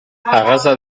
arraza